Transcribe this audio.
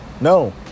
No